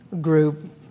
group